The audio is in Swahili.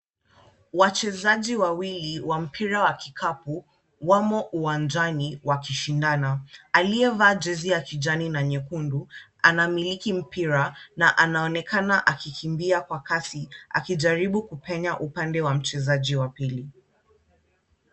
Wachezaji wawili wa mpira wa kikapu wamo uwanjani wakishindana. Aliyevaa jezi ya kijani na nyekundu anamiliki mpira na anaonekana akikimbia kwa kasi, akijaribu kupenya upande wa mchezaji wa pili.